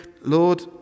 Lord